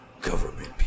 government